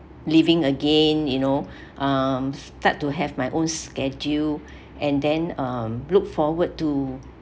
living again you know um start to have my own schedule and then um look forward to